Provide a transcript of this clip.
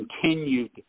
continued